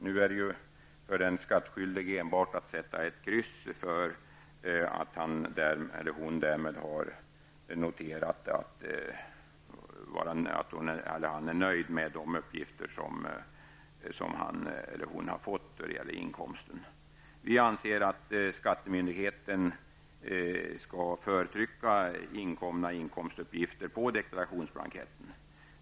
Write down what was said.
Nu har ju den skattskyldige enbart att sätta ett kryss för att på så sätt markera att han eller hon är nöjd med de uppgifter som han eller hon har fått i fråga om sin inkomst. Vi anser att skattemyndigheten skall förtrycka inkomna inkomstuppgifter på deklarationsblanketten.